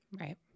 Right